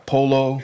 Polo